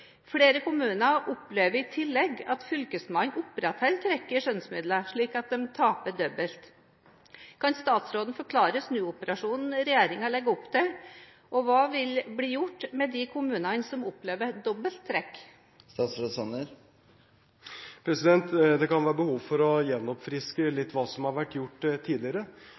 Flere kommuner opplever i tillegg at Fylkesmannen opprettholder trekket i skjønnsmidler, slik at de taper dobbelt. Kan statsråden forklare snuoperasjonen regjeringen legger opp til, og hva vil bli gjort med de kommunene som opplever dobbelt trekk? Det kan være behov for å gjenoppfriske litt hva som har vært gjort tidligere.